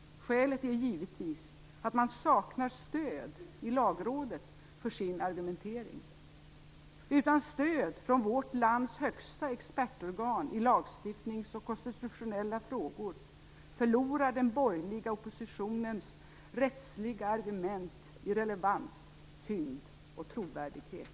Skälet är givetvis att man saknar stöd i Lagrådet för sin argumentering. Utan stöd från vårt lands högsta expertorgan i lagstiftnings och konstitutionella frågor förlorar den borgerliga oppositionens rättsliga argument i relevans, tyngd och trovärdighet.